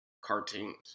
cartoons